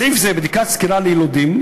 בסעיף זה, 'בדיקת סקירה ליילודים'